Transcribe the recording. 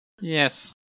Yes